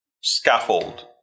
scaffold